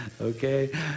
Okay